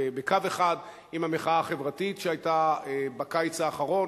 בקו אחד עם המחאה החברתית שהיתה בקיץ האחרון,